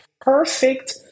perfect